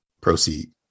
proceed